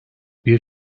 bir